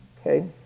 Okay